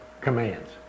commands